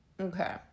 okay